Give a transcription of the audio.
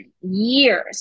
years